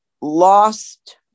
lost